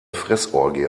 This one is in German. fressorgie